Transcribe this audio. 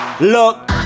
Look